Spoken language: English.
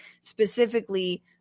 Specifically